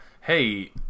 hey